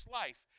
life